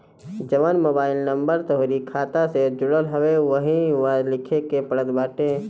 जवन mobile number तोहरी खाता से जुड़ल हवे उहवे इहवा लिखे के पड़त बाटे